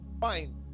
fine